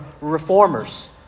reformers